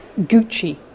Gucci